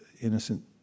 innocent